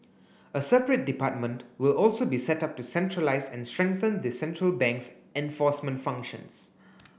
a separate department will also be set up to centralise and strengthen the central bank's enforcement functions